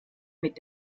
mit